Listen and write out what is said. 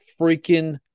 freaking